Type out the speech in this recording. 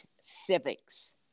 civics